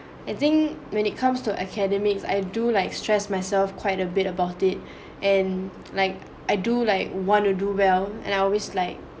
I think when it comes to academics I do like stress myself quite a bit about it and like I do like want to do well and I always like